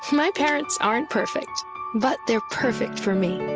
my parents aren't perfect but they're perfect for me.